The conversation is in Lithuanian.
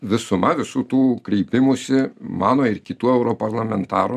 visuma visų tų kreipimųsi mano ir kitų europarlamentarų